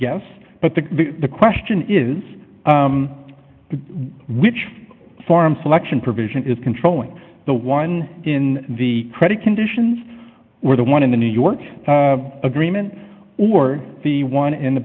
yes but the question is which form selection provision is controlling the one in the credit conditions were the one in the new york agreement or the one in the